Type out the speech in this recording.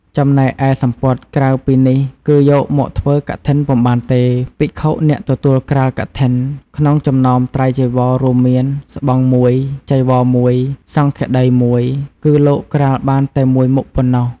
ចំណែកឯសំពត់ក្រៅពីនេះគឺយកមកធ្វើកឋិនពុំបានទេ ភិក្ខុអ្នកទទួលក្រាលកឋិនក្នុងចំណោមត្រៃចីវរ រួមមាន ស្បង់១ ចីវរ១ សង្ឃាដី១ គឺលោកក្រាលបានតែ១មុខប៉ុណ្ណោះ ។